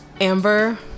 Amber